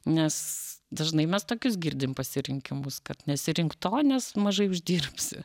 nes dažnai mes tokius girdim pasirinkimus kad nesirinkt to nes mažai uždirbsi